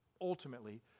ultimately